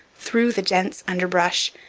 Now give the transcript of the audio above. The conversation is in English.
through the dense underbrush,